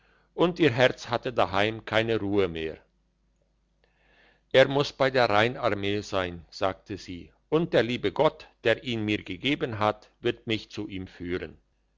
und ihr herz hatte daheim keine ruhe mehr er muss bei der rheinarmee sein sagte sie und der liebe gott der ihn mir gegeben hat wird mich zu ihm führen